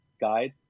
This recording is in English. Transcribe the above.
guide